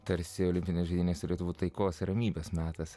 tarsi olimpinės žaidynės rytų taikos ramybės metas